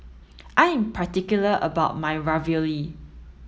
I am particular about my Ravioli